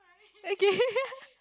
okay